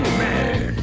man